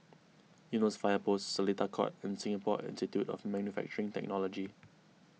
Eunos Fire Post Seletar Court and Singapore Institute of Manufacturing Technology